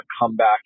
comeback